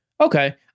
Okay